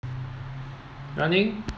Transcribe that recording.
running